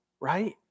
right